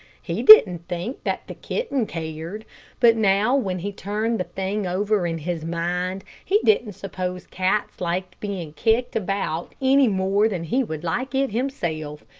he didn't think that the kitten cared but now when he turned the thing over in his mind, he didn't suppose cats liked being kicked about any more than he would like it himself,